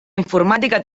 informàtica